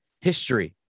history